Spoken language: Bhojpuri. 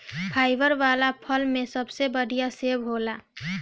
फाइबर वाला फल में सबसे बढ़िया सेव होला